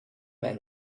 man